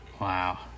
wow